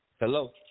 Hello